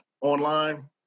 online